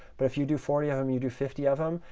but if you do forty of them, you do fifty of them,